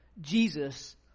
Jesus